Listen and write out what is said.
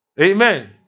Amen